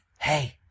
Hey